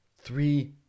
three